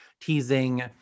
teasing